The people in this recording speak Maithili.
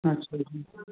अच्छा ह्म्म